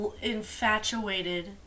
infatuated